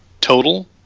total